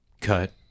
cut